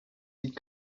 sieht